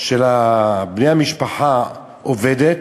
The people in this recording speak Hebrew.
של בני המשפחה עובד,